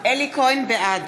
בעד